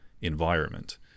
environment